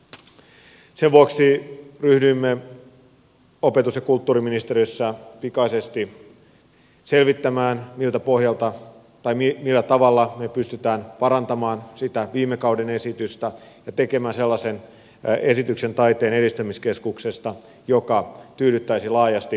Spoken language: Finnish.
sen vuoksi ryhdyimme opetus ja kulttuuriministeriössä pikaisesti selvittämään millä tavalla me pystymme parantamaan sitä viime kauden esitystä ja tekemään sellaisen esityksen taiteen edistämiskeskuksesta joka tyydyttäisi laajasti taidekenttää